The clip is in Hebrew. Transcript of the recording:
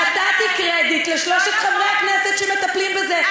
נתתי קרדיט לשלושת חברי הכנסת שמטפלים בזה,